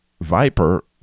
viper